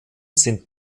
sind